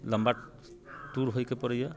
लम्बा टूर होइके पड़ैए